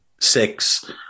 six